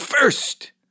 First